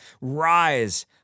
rise